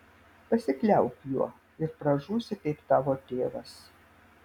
pasikliauk juo ir pražūsi kaip tavo tėvas